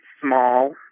small